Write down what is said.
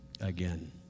again